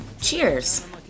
Cheers